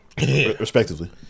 Respectively